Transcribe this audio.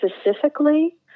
specifically